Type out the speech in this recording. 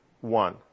one